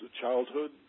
childhood